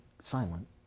silent